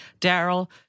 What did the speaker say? Daryl